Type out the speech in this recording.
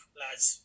lads